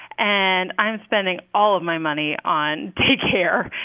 and i'm spending all of my money on day care.